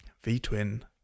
V-Twin